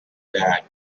that